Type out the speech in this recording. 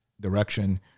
direction